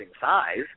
size